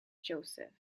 joseph